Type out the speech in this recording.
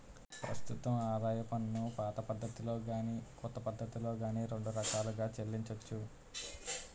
ప్రస్తుతం ఆదాయపు పన్నుపాత పద్ధతిలో గాని కొత్త పద్ధతిలో గాని రెండు రకాలుగా చెల్లించొచ్చు